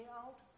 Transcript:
out